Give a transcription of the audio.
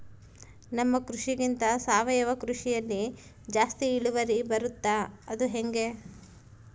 ನಮ್ಮ ಕೃಷಿಗಿಂತ ಸಾವಯವ ಕೃಷಿಯಲ್ಲಿ ಜಾಸ್ತಿ ಇಳುವರಿ ಬರುತ್ತಾ ಅದು ಹೆಂಗೆ?